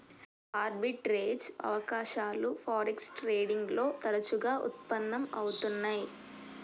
arbitrage అవకాశాలు forex trading లో తరచుగా వుత్పన్నం అవుతున్నై